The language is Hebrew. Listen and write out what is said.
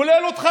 ככה,